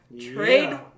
Trade